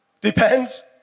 Depends